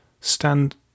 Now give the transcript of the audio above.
stand